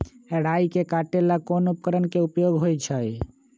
राई के काटे ला कोंन उपकरण के उपयोग होइ छई?